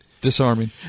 disarming